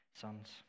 sons